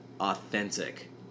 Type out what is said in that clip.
authentic